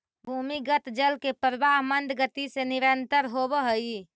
भूमिगत जल के प्रवाह मन्द गति से निरन्तर होवऽ हई